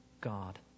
God